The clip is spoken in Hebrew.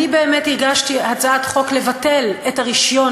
אני באמת הגשתי הצעת חוק לבטל את הרישיון